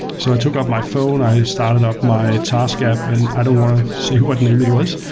so i took up my phone, i started up my task app and i don't want to see what name it was,